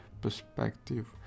perspective